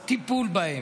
בהם טיפול.